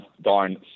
darn